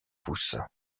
pouces